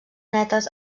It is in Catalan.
netes